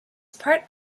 part